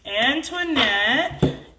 Antoinette